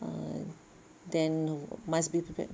uh then you must be prepared